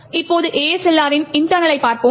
எனவே இப்போது ASLR ரின் இன்டெர்னலை பார்ப்போம்